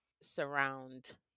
surround